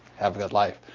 have a good life.